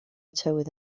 tywydd